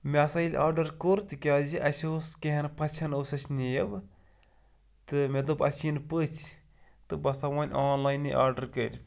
مےٚ ہَسا ییٚلہِ آڈَر کوٚر تِکیٛازِ اَسہِ اوس کینٛہہ ہَن پَژھٮ۪ن اوس اَسہِ نیب تہٕ مےٚ دوٚپ اَسہِ یِن پٔژھۍ تہٕ بہٕ ہَسا وۄنۍ آنلاینے آڈَر کٔرِتھ